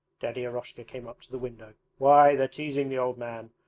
daddy eroshka came up to the window. why, they're teasing the old man.